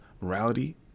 morality